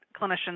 clinicians